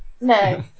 No